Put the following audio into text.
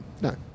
No